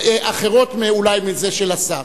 אחרות אולי מאלה של השר.